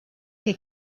que